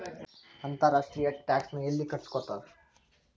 ಅಂತರ್ ರಾಷ್ಟ್ರೇಯ ಟ್ಯಾಕ್ಸ್ ನ ಯೆಲ್ಲಿ ಕಟ್ಟಸ್ಕೊತಾರ್?